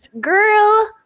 girl